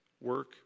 Work